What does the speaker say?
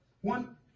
One